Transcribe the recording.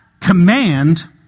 command